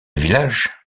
village